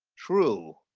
true.